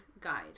guide